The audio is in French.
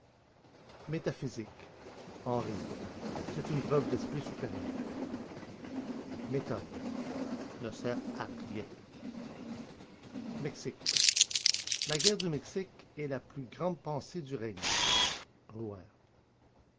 métaphysique en rire c'est une preuve d'esprit supérieur méthode ne sert à rien mexique la guerre du mexique est la plus grande pensée du règne